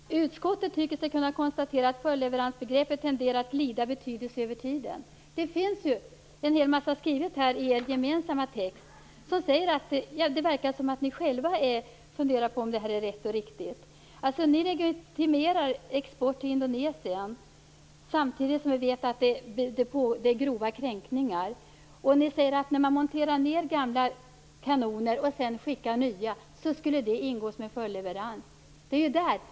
Herr talman! Utskottet tycker sig kunna konstatera att följdleveransbegreppet tenderar att glida i betydelse över tiden. Det finns ju en hel massa skrivet i er gemensamma text som ger intrycket att ni själva börjar fundera på om det här är rätt och riktigt. Ni legitimerar export till Indonesien, samtidigt som vi vet att det pågår grova kränkningar. Ni säger att när man monterar gamla kanoner och sedan beställer nya skulle det ingå som en följdleverans. Det är där det ligger.